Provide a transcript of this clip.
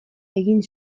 egin